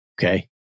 okay